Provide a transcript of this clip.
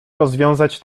rozwiązać